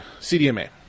CDMA